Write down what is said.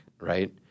right